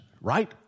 Right